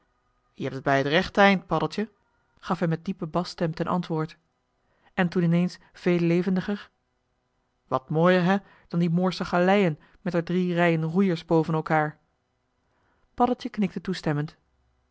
je hebt het bij t rechte eind paddeltje gaf hij met diepe basstem ten antwoord en toen ineens veel levendiger wat mooier hè dan die moorsche galeien met d'r drie rijen roeiers boven elkaar paddeltje knikte toestemmend